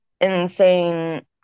insane